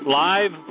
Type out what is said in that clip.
live